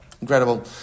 Incredible